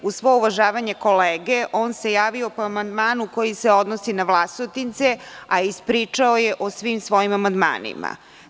Uz svo uvažavanje kolege, on se javio po amandmanu koji se odnosi na Vlasotince, a ispričao je o svim svojim amandmanima.